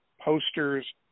Posters